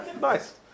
nice